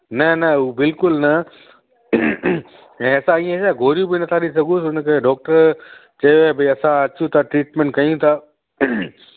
न न बिल्कुलु न ऐं असां ईअं छा गोरियूं बि नथा ॾई सघूंसि उनखे डॉक्टर चयो आहे भइ असां अचूं था ट्रीटमेंट कयूं था